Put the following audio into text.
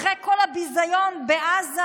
אחרי כל הביזיון בעזה?